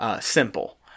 simple